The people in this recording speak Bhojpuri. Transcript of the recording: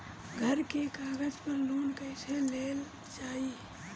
घर के कागज पर लोन कईसे लेल जाई?